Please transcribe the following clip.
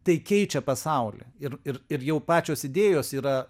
tai keičia pasaulį ir ir ir jau pačios idėjos yra